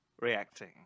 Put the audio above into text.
reacting